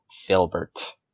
Filbert